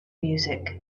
music